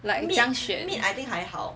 like 你这样选